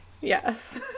Yes